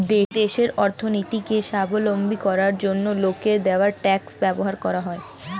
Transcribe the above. দেশের অর্থনীতিকে স্বাবলম্বী করার জন্য লোকের দেওয়া ট্যাক্স ব্যবহার করা হয়